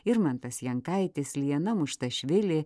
irmantas jankaitis liana muštašvilė